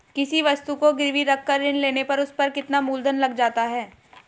किसी वस्तु को गिरवी रख कर ऋण लेने पर उस पर मूलधन कितना लग जाता है?